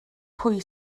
pwy